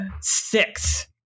six